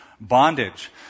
bondage